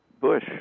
Bush